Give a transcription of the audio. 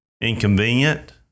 inconvenient